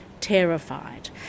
terrified